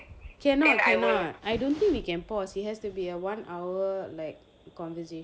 cannot cannot I don't think we can pause it has to be a one hour like conversation